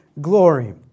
glory